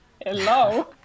hello